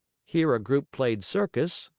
here a group played circus,